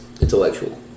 Intellectual